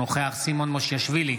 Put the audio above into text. אינו נוכח סימון מושיאשוילי,